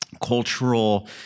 cultural